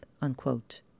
Unquote